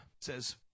says